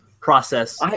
process